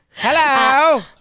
Hello